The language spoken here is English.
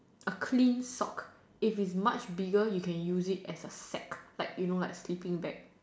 a clean sock if it's much bigger you can use it as a sack like you know like sleeping bag